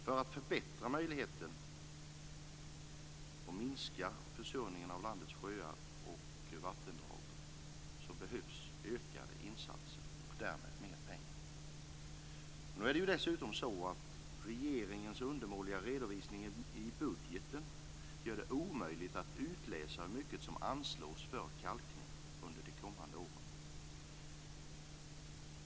För att förbättra möjligheterna att minska försurningen av landets sjöar och vattendrag behövs ökade insatser och därmed mer pengar. Regeringens undermåliga redovisning i budgeten gör det omöjligt att utläsa hur mycket som anslås för kalkning under de kommande åren.